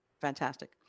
Fantastic